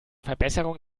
verbesserung